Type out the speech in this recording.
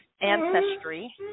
Ancestry